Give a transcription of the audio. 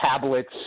tablets